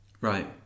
Right